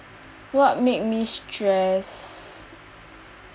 what make me stressed